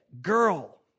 girl